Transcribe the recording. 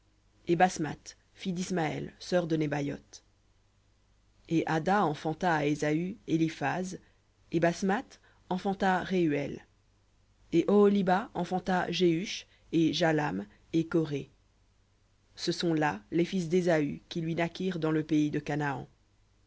et basmath fille d'ismaël sœur de nebaïoth et ada enfanta à ésaü éliphaz et basmath enfanta rehuel et oholibama enfanta jehush et jahlam et coré ce sont là les fils d'ésaü qui lui naquirent dans le pays de canaan